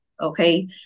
Okay